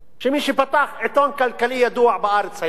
שמי שפתח עיתון כלכלי ידוע בארץ היום,